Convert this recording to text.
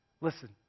Listen